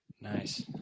Nice